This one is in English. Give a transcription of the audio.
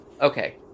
Okay